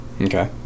okay